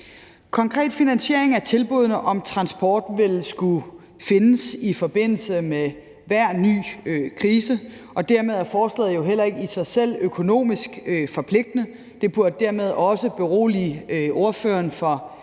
Konkret vil finansieringen af tilbuddene om transport skulle findes i forbindelse med hver ny krise, og dermed er forslaget jo heller ikke i sig selv økonomisk forpligtende. Det burde dermed også berolige ordføreren fra Dansk